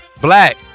Black